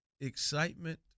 excitement